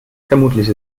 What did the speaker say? vermutlich